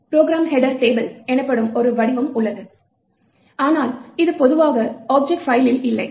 program header table எனப்படும் ஒரு வடிவம் உள்ளது ஆனால் இது பொதுவாக ஆப்ஜெக்ட் பைலில் இல்லை